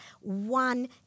one